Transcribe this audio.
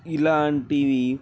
ఇలాంటివి